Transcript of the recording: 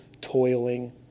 toiling